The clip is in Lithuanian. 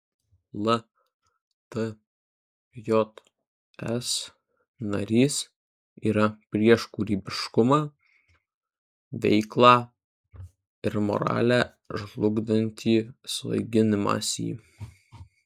ltjs narys yra prieš kūrybiškumą veiklą ir moralę žlugdantį svaiginimąsi